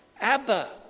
Abba